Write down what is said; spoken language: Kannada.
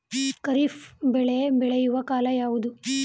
ಖಾರಿಫ್ ಬೆಳೆ ಬೆಳೆಯುವ ಕಾಲ ಯಾವುದು?